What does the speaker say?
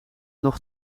nog